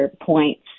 points